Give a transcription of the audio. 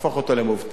תהפוך אותו למובטל.